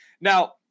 Now